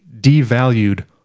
devalued